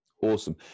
Awesome